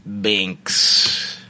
Binks